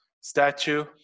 statue